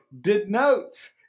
denotes